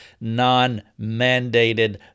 non-mandated